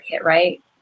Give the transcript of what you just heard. right